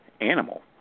animal